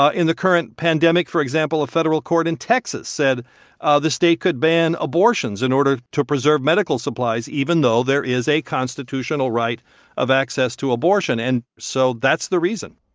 ah in the current pandemic, for example, a federal court in texas said ah the state could ban abortions in order to preserve medical supplies, even though there is a constitutional right of access to abortion. and so that's the reason.